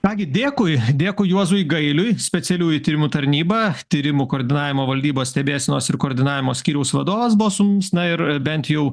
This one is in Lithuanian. ką gi dėkui dėkui juozui gailiui specialiųjų tyrimų tarnyba tyrimų koordinavimo valdybos stebėsenos ir koordinavimo skyriaus vadovas buvo su mumis ir bent jau